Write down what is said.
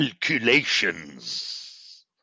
Calculations